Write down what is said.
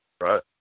right